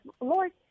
Lord